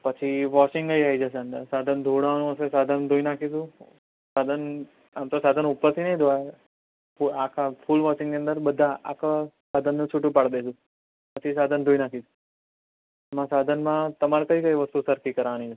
પછી વોશિંગ એય આવી જશે અંદર સાધન ધોવડાવવાનું હશે સાધન ધોઈ નાખીશું સાધન આમ તો સાધન ઉપરથી નહીં ધોઈએ આખા ફૂલ વોશિંગની અંદર બધાં આખા સાધનનું છૂટું પાડી દઇશું પછી સાધન ધોઈ નાખીશું સાધનમાં તમારે કઈ કઈ વસ્તુ સરખી કરાવાની છે